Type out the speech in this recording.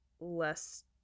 less